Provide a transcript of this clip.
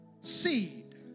seed